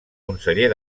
conseller